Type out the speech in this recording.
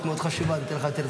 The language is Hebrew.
ההיסטוריה.